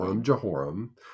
Jehoram